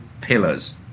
pillars